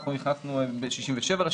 אנחנו נכנסנו לשטח ב-1967,